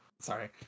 sorry